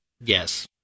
Yes